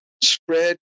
spread